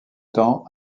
temps